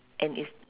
and it's